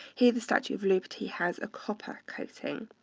here, the statue of liberty has a copper coating.